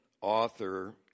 author